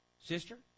Sister